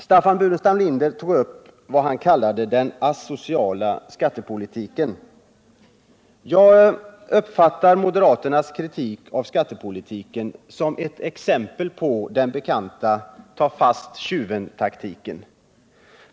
Staffan Burenstam Linder tog upp vad han kallade den asociala skattepolitiken. Jag uppfattar moderaternas kritik av skattepolitiken som ett exempel på den bekanta ta-fast-tjuven-taktiken.